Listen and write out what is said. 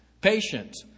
Patient